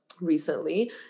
recently